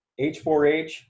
H4H